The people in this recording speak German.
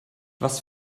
was